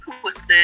posted